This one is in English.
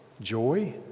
joy